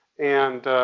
and,